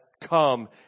come